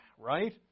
Right